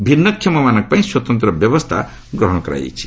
ଭିନ୍ନକ୍ଷମମାନଙ୍କ ପାଇଁ ସ୍ୱତନ୍ତ୍ର ବ୍ୟବସ୍ଥା ଗ୍ରହଣ କରାଯାଇଛି